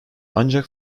ancak